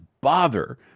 bother